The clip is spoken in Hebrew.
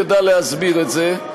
ידע להסביר את זה.